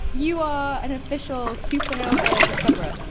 you are an official supernova discoverer.